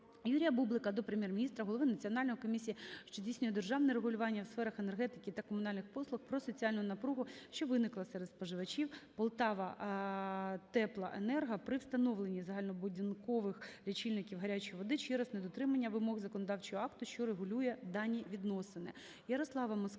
Юрія Бублика до Прем'єр-міністра, голови Національної комісії, що здійснює державне регулювання у сферах енергетики та комунальних послуг про соціальну напругу, що виникла серед споживачів "Полтаватеплоенерго" при встановленні загальнобудинкових лічильників гарячої води через недотримання вимог законодавчого акту, що регулює дані відносини.